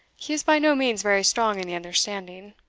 he is by no means very strong in the understanding.